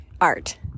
art